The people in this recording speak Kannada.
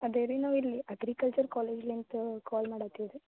ಅದೇ ರೀ ನಾವಿಲ್ಲಿ ಅಗ್ರಿಕಲ್ಚರ್ ಕಾಲೇಜ್ಲಿಂತ ಕಾಲ್ ಮಾಡತೀವಿ ರೀ